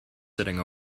sitting